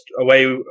away